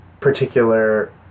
particular